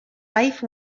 life